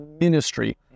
ministry